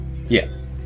Yes